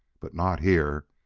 but not here.